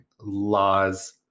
laws